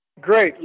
Great